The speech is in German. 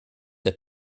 der